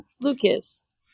Lucas